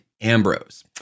Ambrose